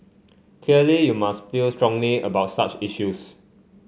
clearly you must feel strongly about such issues